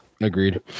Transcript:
Agreed